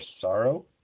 sorrow